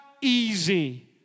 easy